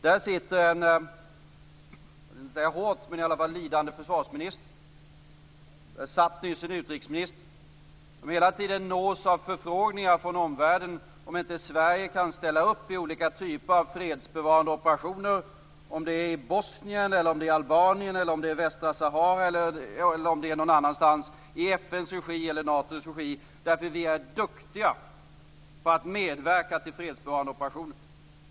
Här sitter en lidande försvarsminister och här satt nyss en utrikesminister som hela tiden nås av förfrågningar från omvärlden om inte Sverige kan ställa upp i olika typer av fredsbevarande operationer - om det nu gäller Bosnien, Albanien, Västra Sahara eller någon annanstans - i FN:s regi eller i Natos regi därför att vi är duktiga på att medverka i fredsbevarande operationer.